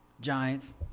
Giants